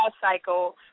cycle